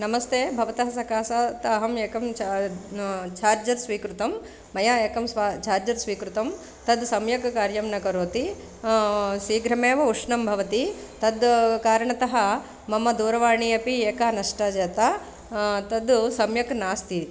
नमस्ते भवतः सकाशात् अहम् एकं चा चार्जर् स्वीकृतं मया एकं स्व चार्जर् स्वीकृतं तत् सम्यक् कार्यं न करोति शीघ्रमेव उष्णं भवति तत् कारणतः मम दूरवाणी अपि एका नष्टा जाता तत् सम्यक् नास्ति